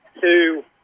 two